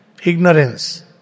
Ignorance